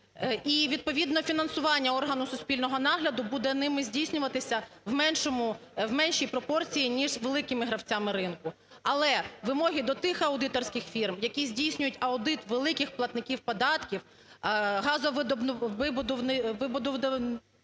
і, відповідно, фінансування органу суспільного нагляду буде ними здійснюватися в меншому… в меншій пропорції, ніж великими гравцями ринку. Але вимоги до тих аудиторських фірм, які здійснюють аудит великих платників податків, газовидобувних…